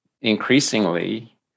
increasingly